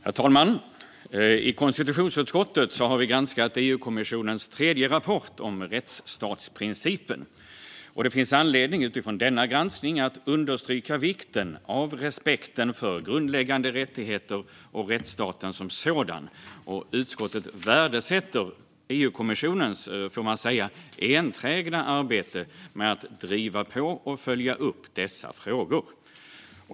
Herr talman! I konstitutionsutskottet har vi granskat EU-kommissionens tredje rapport om rättsstatsprincipen. Det finns utifrån denna granskning anledning att understryka vikten av respekten för grundläggande rättigheter och rättsstaten som sådan. Utskottet värdesätter EU-kommissionens - får man säga - enträgna arbete med att driva och följa upp dessa frågor.